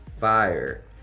fire